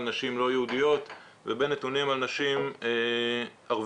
נשים לא יהודיות ובין נתונים על נשים ערביות,